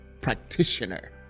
practitioner